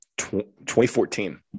2014